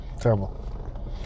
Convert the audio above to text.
Terrible